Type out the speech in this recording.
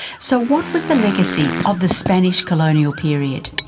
so what was the legacy of the spanish colonial period?